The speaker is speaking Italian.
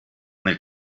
nel